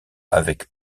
avec